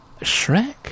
Shrek